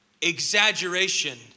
exaggeration